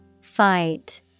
Fight